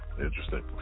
interesting